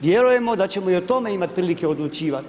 Vjerujemo da ćemo i o tome imat prilike odlučivati.